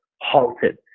halted